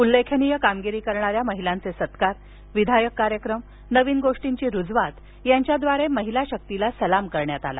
उल्लेखनीय काम करणाऱ्या महिलांचे सत्कार विधायक कार्यक्रम नवीन गोष्टींची रुजवात यांच्याद्वारे महिला शक्तीला सलाम करण्यात आला